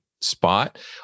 spot